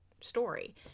story